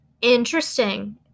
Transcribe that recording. Interesting